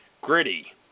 gritty